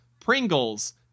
Pringles